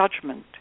judgment